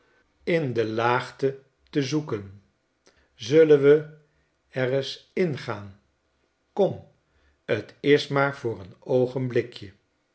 adein de laagte te zoeken zullen we r reis ingaan kom t is maar voor n oogenblikje